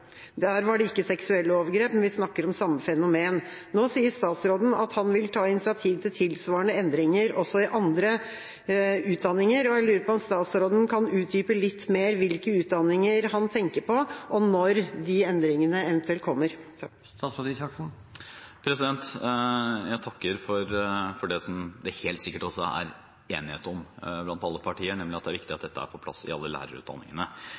Der var det ikke seksuelle overgrep, men vi snakker om samme fenomen. Nå sier statsråden at han vil ta initiativ til tilsvarende endringer også i andre utdanninger, og jeg lurer på om statsråden kan utdype litt mer hvilke utdanninger han tenker på, og når de endringene eventuelt kommer. Jeg takker for det, som det helt sikkert også er enighet om blant alle partier, nemlig at det er viktig at dette er på plass i alle lærerutdanningene.